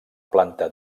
planta